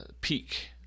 peak